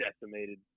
decimated